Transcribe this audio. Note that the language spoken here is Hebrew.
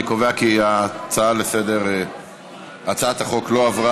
אני קובע כי ההצעה לסדר-היום לא התקבלה.